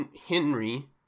Henry